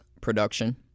production